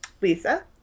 Lisa